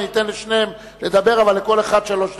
אתן לשניהם לדבר אבל לכל אחד שלוש דקות.